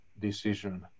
decision